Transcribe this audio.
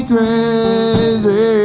crazy